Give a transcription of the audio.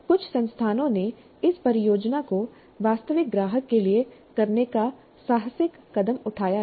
कुछ संस्थानों ने इस परियोजना को वास्तविक ग्राहक के लिए करने का साहसिक कदम उठाया है